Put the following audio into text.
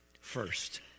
first